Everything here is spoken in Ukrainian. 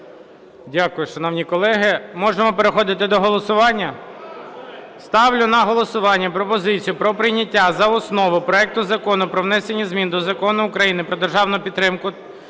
Дякую. Шановні колеги, можемо переходити до голосування? Ставлю на голосування пропозицію про прийняття за основу проекту Закону про внесення змін до Закону України "Про державну підтримку